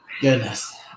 goodness